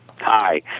Hi